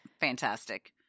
fantastic